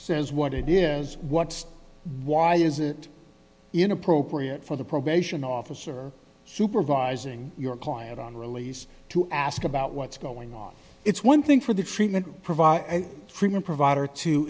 says what it is what why is it inappropriate for the probation officer supervising your client on release to ask about what's going on it's one thing for the treatment provide for your provider to